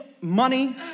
money